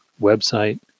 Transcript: website